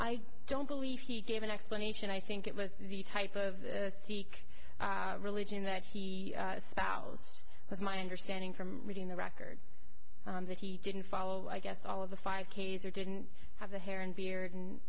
i don't believe he gave an explanation i think it was the type of sikh religion that he spouse was my understanding from reading the record that he didn't follow i guess all of the five k s or didn't have the hair and beard and